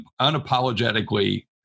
unapologetically